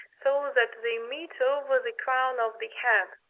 so that they meet over the crown of the head.